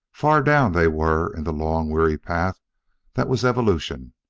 far down they were, in the long, weary path that was evolution,